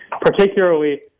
particularly